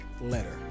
letter